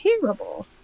terrible